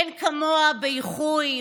אין כמוהן באיחוי,